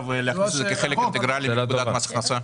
ולהכניס את זה כחלק אינטגרלי מפקודת מס הכנסה?